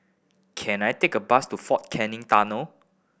can I take a bus to Fort Canning Tunnel